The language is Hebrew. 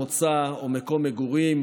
מוצא או מקום מגורים,